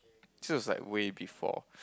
so it's like way before